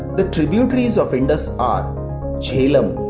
the tributaries of indus are jhelum,